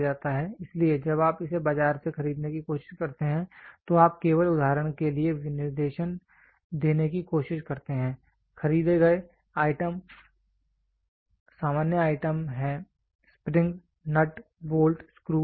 इसलिए जब आप इसे बाजार से खरीदने की कोशिश करते हैं तो आप केवल उदाहरण के लिए विनिर्देशन देने की कोशिश करते हैं खरीदे गए आइटम सामान्य आइटम हैं स्प्रिंग नट बोल्ट स्क्रू